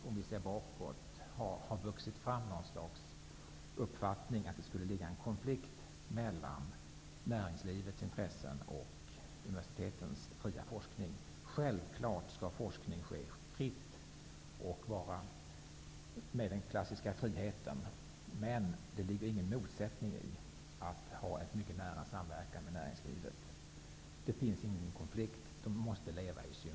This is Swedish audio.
Om vi ser bakåt, har det tyvärr vuxit fram något slags uppfattning om att det skulle finnas något slags konflikt mellan näringslivets intressen och universitetens fria forskning. Självfallet skall forskning ske fritt och ha den klassiska friheten. Men det ligger ingen motsättning i att ha en mycket nära samverkan med näringslivet. Det finns ingen konflikt, de måste leva i symbios.